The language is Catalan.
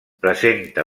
presenta